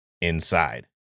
inside